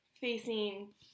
facing